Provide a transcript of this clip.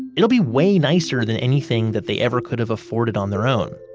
it'll be way nicer than anything that they ever could have afforded on their own,